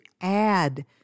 add